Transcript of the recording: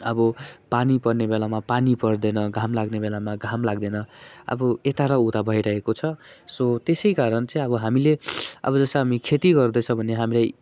अब पानी पर्ने बेलामा पानी पर्दैन घाम लाग्ने बेलामा घाम लाग्दैन अब यता र उता भइरहेको छ सो त्यसै कारण चाहिँ अब हामीले अब जस्तो हामी खेती गर्दैछ भने हामीले